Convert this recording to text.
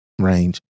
range